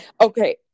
Okay